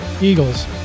Eagles